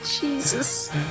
Jesus